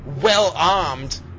well-armed